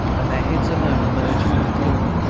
and their heads alone emerged from the gloom.